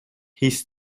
hieß